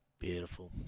Beautiful